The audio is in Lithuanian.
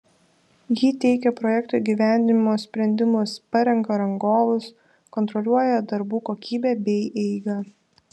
ji teikia projekto įgyvendinimo sprendimus parenka rangovus kontroliuoja darbų kokybę bei eigą